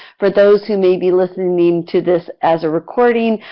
for those who may be listening to this as a recording,